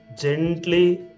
gently